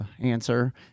answer